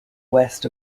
west